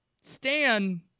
Stan